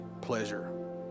pleasure